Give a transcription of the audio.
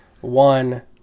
One